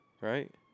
right